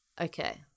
okay